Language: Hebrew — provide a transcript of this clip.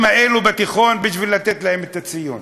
האלה בתיכון בשביל לתת להם את הציון?